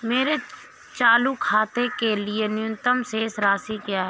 मेरे चालू खाते के लिए न्यूनतम शेष राशि क्या है?